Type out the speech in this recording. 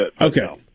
Okay